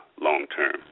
long-term